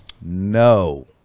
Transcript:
No